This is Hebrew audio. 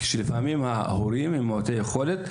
כשלפעמים ההורים הם מעוטי יכולת,